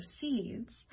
seeds